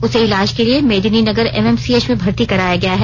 उसे इलाज के लिए मेदिनीनगर एमएमसीएच में भर्ती कराया गया है